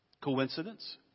Coincidence